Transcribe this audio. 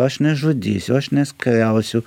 aš nežudysiu aš neskriausiu